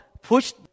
push